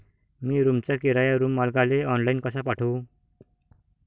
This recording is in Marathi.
मी रूमचा किराया रूम मालकाले ऑनलाईन कसा पाठवू?